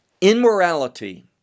Immorality